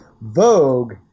Vogue –